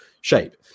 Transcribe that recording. shape